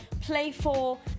playful